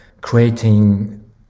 creating